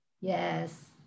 Yes